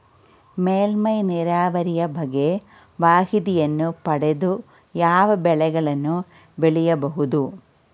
ಮೇಲ್ಮೈ ನೀರಾವರಿಯ ಬಗ್ಗೆ ಮಾಹಿತಿಯನ್ನು ಪಡೆದು ಯಾವ ಬೆಳೆಗಳನ್ನು ಬೆಳೆಯಬಹುದು?